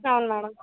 చాలు మ్యాడం